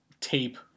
tape